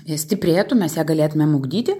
ji stiprėtų mes ją galėtumėm ugdyti